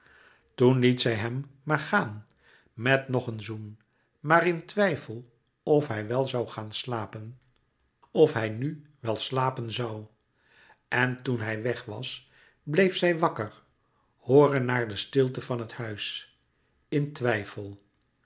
toen liet zij hem maar gaan met nog een zoen maar in twijfel of hij wel zoû gaan slapen of hij nu wel slapen zoû en toen hij weg was bleef zij wakker hooren naar de stilte van het huis in twijfel